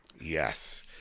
Yes